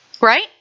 Right